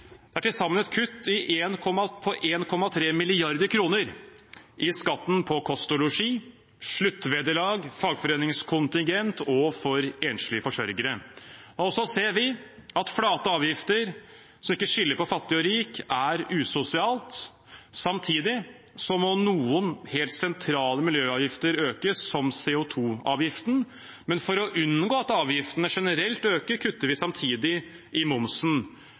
Det er til sammen et kutt på 1,3 mrd. kr i skatten på kost og losji, sluttvederlag, fagforeningskontingent og for enslige forsørgere. Så ser vi at flate avgifter som ikke skiller på fattig og rik, er usosialt. Samtidig må noen helt sentrale miljøavgifter økes, som CO 2 -avgiften. Men for å unngå at avgiftene generelt øker, kutter vi samtidig i momsen.